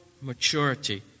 maturity